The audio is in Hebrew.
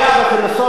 למי שמכיר אותה,